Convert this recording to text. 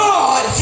God